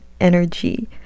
energy